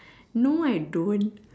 no I don't